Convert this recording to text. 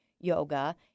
yoga